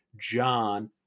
John